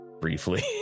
briefly